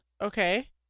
Okay